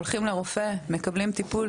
הולכים לרופא ומקבלים טיפול.